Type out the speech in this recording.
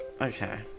Okay